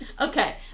Okay